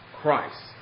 Christ